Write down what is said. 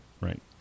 Right